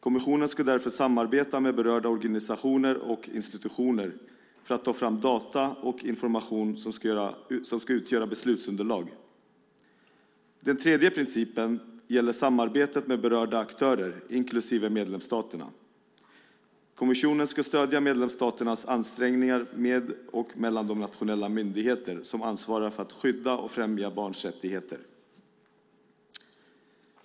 Kommissionen ska därför samarbeta med berörda organisationer och institutioner för att ta fram data och information som ska utgöra beslutsunderlag. Den tredje principen gäller samarbetet med berörda aktörer inklusive medlemsstaterna. Kommissionen ska stödja medlemsstaternas ansträngningar med och mellan de nationella myndigheter som ansvarar för att skydda och främja barns rättigheter.